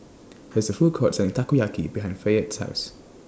There IS A Food Court Selling Takoyaki behind Fayette's House